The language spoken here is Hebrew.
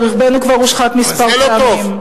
ורכבנו כבר הושחת מספר פעמים".